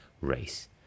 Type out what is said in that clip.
race